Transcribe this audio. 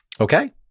Okay